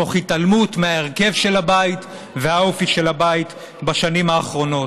תוך התעלמות מההרכב של הבית והאופי של הבית בשנים האחרונות.